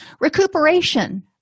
Recuperation